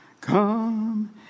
Come